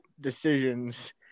decisions